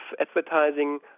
advertising